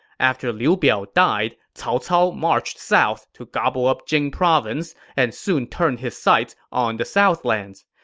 after liu biao died, cao cao marched south to gobble up jing province and soon turned his sights on the southlands.